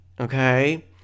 okay